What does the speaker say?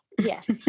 Yes